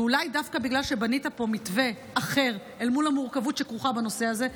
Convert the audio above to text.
אולי דווקא בגלל שבנית פה מתווה אחר אל מול המורכבות שכרוכה בנושא הזה,